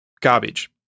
garbage